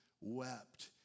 wept